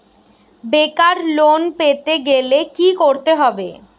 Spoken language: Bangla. বেকার লোন পেতে গেলে কি করতে হবে?